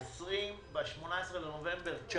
ב-18 בנובמבר 2019,